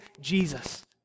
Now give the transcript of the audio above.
Jesus